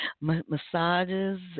massages